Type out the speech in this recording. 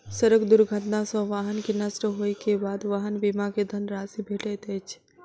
सड़क दुर्घटना सॅ वाहन के नष्ट होइ के बाद वाहन बीमा के धन राशि भेटैत अछि